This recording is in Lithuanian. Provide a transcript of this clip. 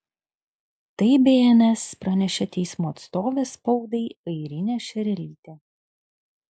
tai bns pranešė teismo atstovė spaudai airinė šerelytė